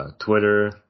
Twitter